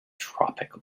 tropic